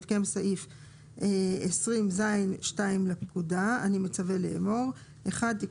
ובהתקיים סעיף 20ז(2) לפקודה/ באישור ועדת